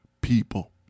people